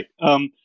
Right